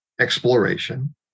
exploration